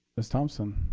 miss thompson.